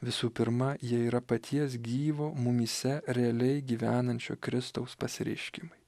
visų pirma jie yra paties gyvo mumyse realiai gyvenančio kristaus pasireiškimai